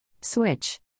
Switch